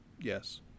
yes